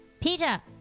Peter